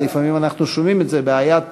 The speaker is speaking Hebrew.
לפעמים אנחנו שומעים את זה: בעיית